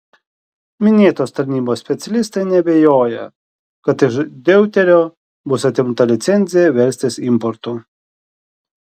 minėtos tarnybos specialistai neabejoja kad iš deuterio bus atimta licencija verstis importu